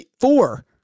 four